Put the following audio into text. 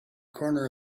corner